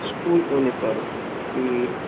school uniform E